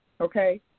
Okay